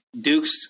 Duke's